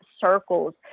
circles